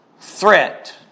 threat